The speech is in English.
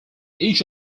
each